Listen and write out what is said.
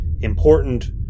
Important